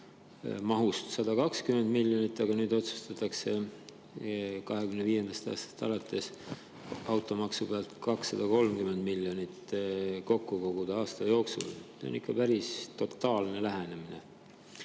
mahust 120 miljonit, aga nüüd otsustatakse 2025. aastast alates automaksu pealt 230 miljonit kokku koguda aasta jooksul. See on ikka päris totaalne lähenemine.